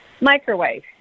microwave